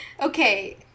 Okay